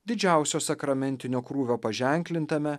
didžiausio sakramentinio krūvio paženklintame